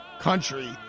country